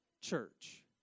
church